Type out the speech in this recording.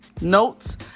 notes